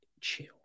Chill